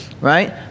right